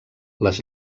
les